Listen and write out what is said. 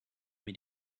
mir